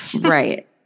Right